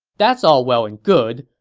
that's all well and good,